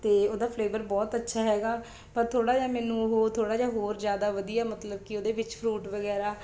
ਅਤੇ ਉਹਦਾ ਫਲੇਵਰ ਬਹੁਤ ਅੱਛਾ ਹੈਗਾ ਪਰ ਥੋੜ੍ਹਾ ਜਿਹਾ ਮੈਨੂੰ ਉਹ ਥੋੜ੍ਹਾ ਜਿਹਾ ਹੋਰ ਜ਼ਿਆਦਾ ਵਧੀਆ ਮਤਲਬ ਕਿ ਉਹਦੇ ਵਿੱਚ ਫਰੂਟ ਵਗੈਰਾ